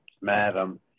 Madam